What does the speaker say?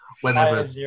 whenever